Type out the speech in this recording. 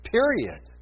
Period